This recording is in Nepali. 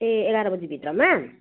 ए एघार बजी भित्रमा